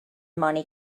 money